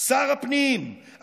שר הפנים,